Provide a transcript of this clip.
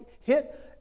hit